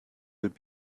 would